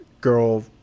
girl